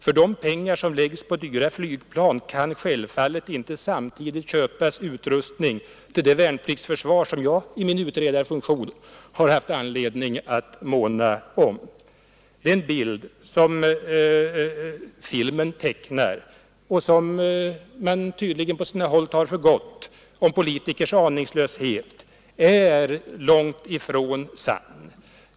För de pengar som läggs på dyra flygplan kan självfallet inte samtidigt köpas utrustning till det värnpliktsförsvar som jag i min utredarfunktion har haft anledning att måna om. Den bild som filmen tecknar och som man tydligen på sina håll tar för gott om politikers aningslöshet är långt ifrån sann.